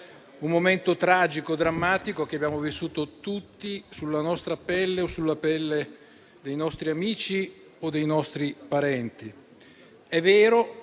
un momento tragico e drammatico, che abbiamo vissuto tutti sulla nostra pelle o sulla pelle dei nostri amici e dei nostri parenti. È vero: